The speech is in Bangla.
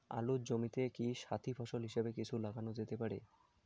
আলুর জমিতে কি সাথি ফসল হিসাবে কিছু লাগানো যেতে পারে?